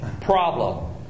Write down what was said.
Problem